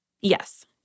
Yes